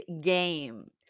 game